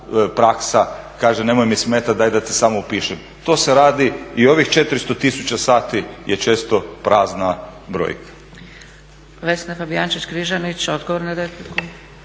praksa, kaže nemoj mi smetat daj da te samo upišem. To se radi i ovih 400 tisuća sati je često prazna brojka. **Zgrebec, Dragica (SDP)** Vesna Fabijančić-Križanić odgovor na repliku.